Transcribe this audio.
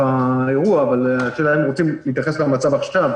האירוע אבל השאלה אם רוצים להתייחס למצב עכשיו,